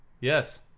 Yes